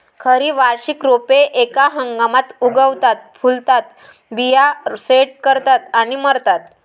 खरी वार्षिक रोपे एका हंगामात उगवतात, फुलतात, बिया सेट करतात आणि मरतात